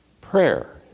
Prayer